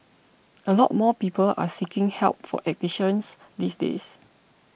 a lot more people are seeking help for addictions these days